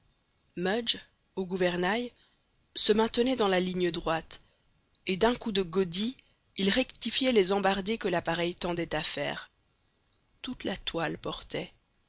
mudge au gouvernail se maintenait dans la ligne droite et d'un coup de godille il rectifiait les embardées que l'appareil tendait à faire toute la toile portait